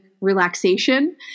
Relaxation